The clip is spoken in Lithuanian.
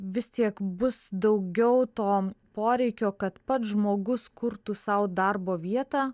vis tiek bus daugiau to poreikio kad pats žmogus kurtų sau darbo vietą